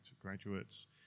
graduates